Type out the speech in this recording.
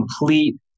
complete